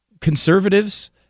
conservatives